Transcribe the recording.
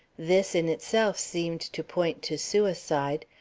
this in itself seemed to point to suicide,